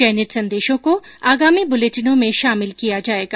चयनित संदेशों को आगामी बुलेटिनों में शामिल किया जाएगा